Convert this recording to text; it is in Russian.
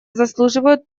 заслуживают